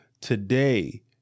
Today